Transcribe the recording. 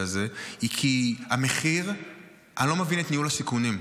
הזה היא כי אני לא מבין את ניהול הסיכונים.